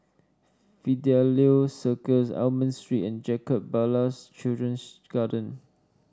Fidelio Circus Almond Street and Jacob Ballas Children's Garden